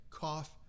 cough